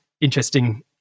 interesting